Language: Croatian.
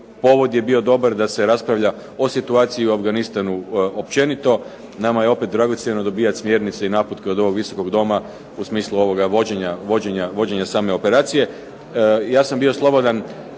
povod je bio dobar da se raspravlja o situaciji u Afganistanu općenito. Nama je opet dragocjeno dobijati smjernice i naputke od ovog Visokog doma u smislu vođenja same operacije. Ja sam bio slobodan